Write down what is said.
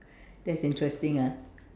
that's interesting ah